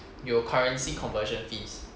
有 currency conversion fees